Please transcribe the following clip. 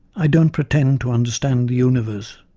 i don't pretend to understand the universe,